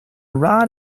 rod